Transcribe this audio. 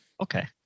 Okay